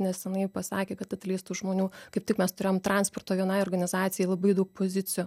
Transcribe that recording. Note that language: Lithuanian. nesenai pasakė kad atleis tų žmonių kaip tik mes turėjom transporto vienai organizacijai labai daug pozicijų